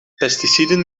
pesticiden